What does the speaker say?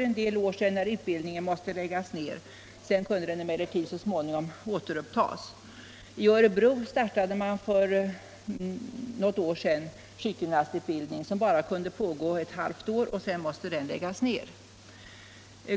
en del år sedan hade vi sålunda problem när sjukgymnastutbildningen i Göteborg måste läggas ner. Den kunde dock återupptas efter någon tid. Och i Örebro startades för något år sedan sjukgymnastutbildning, men den kunde bara pågå ett halvt år, sedan måste den läggas ner.